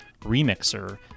remixer